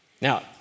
Now